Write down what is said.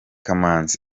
kamanzi